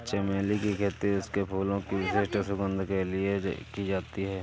चमेली की खेती उनके फूलों की विशिष्ट सुगंध के लिए की जाती है